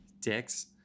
Dicks